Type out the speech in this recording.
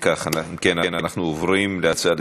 הנושא עובר לוועדת הביקורת.